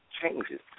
changes